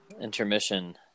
Intermission